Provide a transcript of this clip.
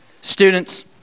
Students